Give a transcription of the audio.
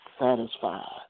satisfied